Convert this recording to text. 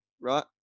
right